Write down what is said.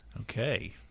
Okay